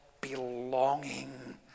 belonging